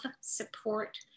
support